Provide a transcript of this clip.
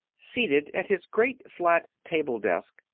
seated at his great flat table desk,